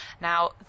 Now